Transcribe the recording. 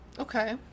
Okay